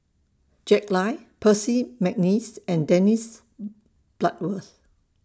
Jack Lai Percy Mcneice and Dennis Bloodworth